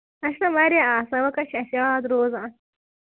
اَسہِ چھِنہ واریاہ آسان وۄنۍ کَتہِ چھِ اَسہِ یاد روزان